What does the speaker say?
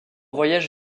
voyage